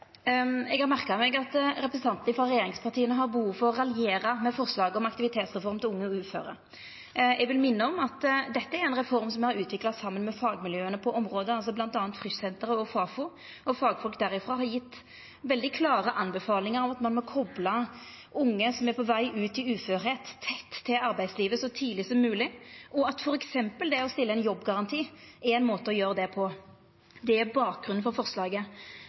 Eg har merka meg at representantar frå regjeringspartia har behov for å raljera med forslaget om aktivitetsreform til unge uføre. Eg vil minna om at dette er ei reform som me har utvikla saman med fagmiljøa på området, bl.a. Frischsenteret og Fafo, og fagfolk derifrå har gjeve veldig klare anbefalingar om at ein må kopla unge som er på veg ut i uførheit, tett til arbeidslivet så tidleg som mogleg, og at f.eks. det å stilla ein jobbgaranti er ein måte å gjera det på. Det er bakgrunnen for forslaget.